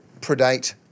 predate